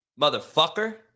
Motherfucker